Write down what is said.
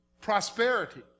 Prosperity